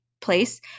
place